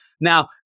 Now